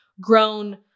grown